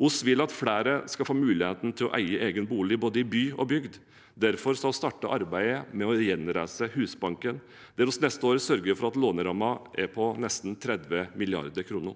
Vi vil at flere skal få muligheten til å eie egen bolig i både by og bygd. Derfor starter arbeidet med å gjenreise Husbanken, der vi neste år sørger for at lånerammen er på nesten 30 mrd. kr.